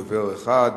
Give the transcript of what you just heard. עם דובר אחד,